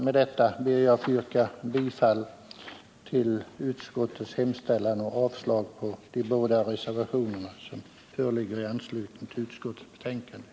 Med detta yrkar jag bifall till utskottets hemställan och avslag på de båda föreliggande reservationerna.